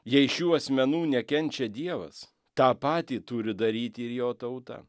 jei šių asmenų nekenčia dievas tą patį turi daryti ir jo tauta